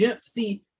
see